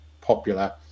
popular